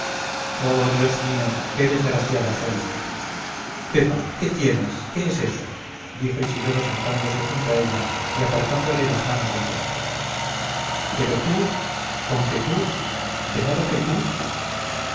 oh dios mío qué desgraciada soy pepa qué tienes qué es eso dijo isidoro sentándose junto a ella y apartándole las manos del rostro pero tú con que tú de modo que tú